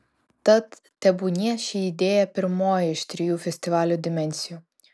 tad tebūnie ši idėja pirmoji iš trijų festivalio dimensijų